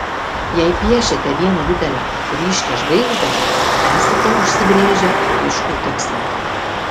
jei piešiate vieną didelę ryškią žvaigždę esate užsibrėžę aiškų tikslą